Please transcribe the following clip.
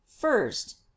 first